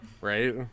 Right